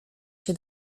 się